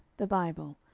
the bible,